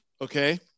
Okay